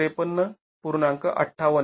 ५८ आणि २४५